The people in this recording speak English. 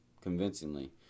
convincingly